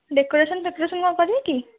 decoration ଫେକୋରେଶନ୍ କ'ଣ କରିବେ କି